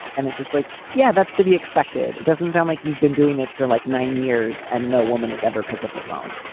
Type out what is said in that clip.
and it's just like, yeah, that's to be expected. it doesn't sound like you've been doing this for like nine years and no woman has ever picked up the phone